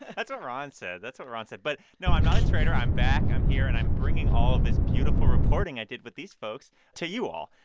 that's what ron said. that's what ron said. but no, i'm not a traitor. i'm back, i'm here, and i'm bringing all of this beautiful reporting i did with these folks to you all.